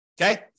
Okay